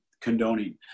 condoning